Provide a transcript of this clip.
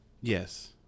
yes